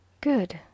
Good